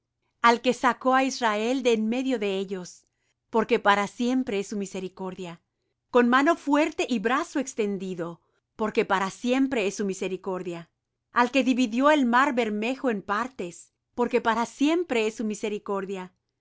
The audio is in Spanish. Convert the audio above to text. al que sacó á israel de en medio de ellos porque para siempre es su misericordia con mano fuerte y brazo extendido porque para siempre es su misericordia al que dividió el mar bermejo en partes porque para siempre es su misericordia